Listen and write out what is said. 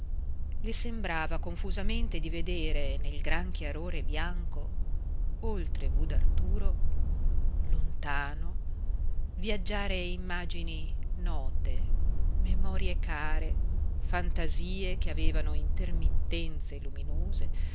le sembrava confusamente di vedere nel gran chiarore bianco oltre budarturo lontano viaggiare immagini note memorie care fantasie che avevano intermittenze luminose